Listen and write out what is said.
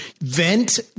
vent